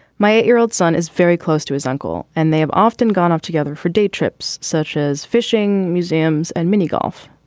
my eight year old son is very close to his uncle, and they have often gone off together for day trips such as fishing, museums and mini golf.